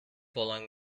following